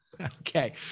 Okay